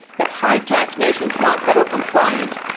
if high-tax nations want better compliance,